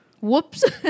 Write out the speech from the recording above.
whoops